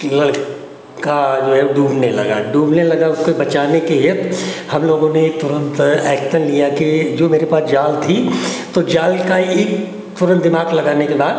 लड़का जो है डूबने लगा डूबने लगा उसको बचाने के लिए हमलोगों ने यह तुरन्त ऐक्शन लिया कि जो मेरे पास जाल थी तो जाल का एक तुरन्त दिमाग लगाने के बाद